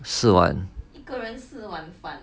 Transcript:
四碗